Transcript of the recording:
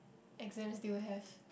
exams do you have